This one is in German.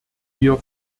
wir